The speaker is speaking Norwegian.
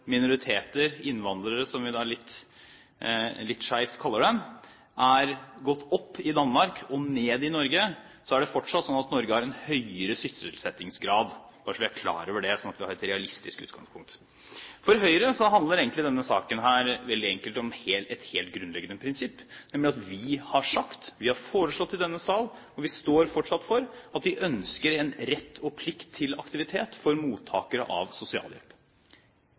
minoriteter – innvandrere, som vi litt skjevt kaller dem – er gått opp i Danmark og ned i Norge, er det fortsatt slik at Norge har en høyere sysselsettingsgrad, bare så vi er klar over det, slik at vi har et realistisk utgangspunkt. For Høyre handler egentlig denne saken veldig enkelt om et helt grunnleggende prinsipp, nemlig at vi har sagt – vi har foreslått i denne sal, noe vi fortsatt står for – at vi ønsker en rett og en plikt til aktivitet for mottakere av sosialhjelp,